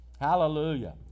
Hallelujah